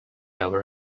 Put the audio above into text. hour